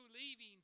leaving